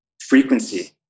frequency